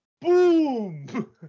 boom